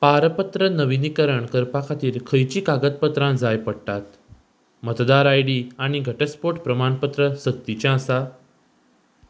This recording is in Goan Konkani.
पारपत्र नविनीकरण करपा खातीर खंयचीं कागदपत्रां जाय पडटात मतदार आय डी आनी घटस्पोट प्रमाणपत्र सक्तीचें आसा